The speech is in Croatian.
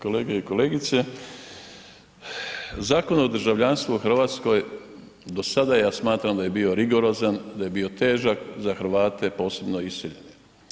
Kolege i kolegice, Zakon o državljanstvu u Hrvatskoj do sada ja smatram da je bio rigorozan, da je bio težak za Hrvate posebno iseljene.